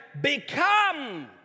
become